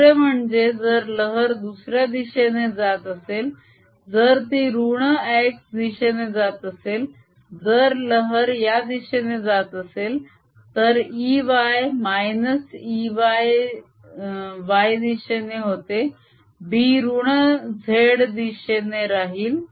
दुसरे म्हणजे जर लहर दुसऱ्या दिशेने जात असेल जर ती ऋण x दिशेने जात असेल जर लहर या दिशेने जात असेल तर E y -E y दिशेने होते B ऋण z दिशेने राहील